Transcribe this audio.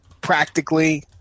practically